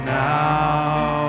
now